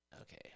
okay